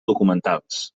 documentals